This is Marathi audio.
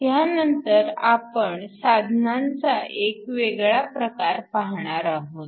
ह्यानंतर आपण साधनांचा एक वेगळा प्रकार पाहणार आहोत